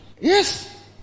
yes